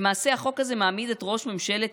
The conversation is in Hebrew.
למעשה החוק הזה מעמיד את ראש ממשלת